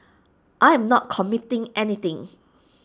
I am not committing anything